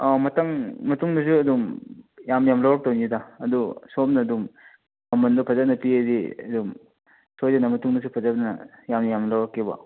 ꯑꯥ ꯃꯊꯪ ꯃꯇꯨꯡꯗꯁꯨ ꯑꯗꯨꯝ ꯌꯥꯝ ꯌꯥꯝ ꯂꯧꯔꯛꯇꯣꯏꯅꯤꯗ ꯑꯗꯨ ꯁꯣꯝꯅ ꯑꯗꯨꯝ ꯃꯃꯟꯗꯨ ꯐꯖꯅ ꯄꯤꯔꯗꯤ ꯑꯗꯨꯝ ꯁꯣꯏꯗꯅ ꯃꯇꯨꯡꯗꯁꯨ ꯐꯖꯅ ꯌꯥꯝ ꯌꯥꯝ ꯂꯧꯔꯛꯀꯦꯕ